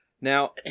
Now